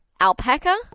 alpaca